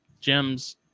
gems